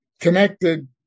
connected